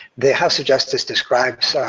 the house of justice describes